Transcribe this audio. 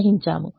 కాబట్టి Y2 u2 0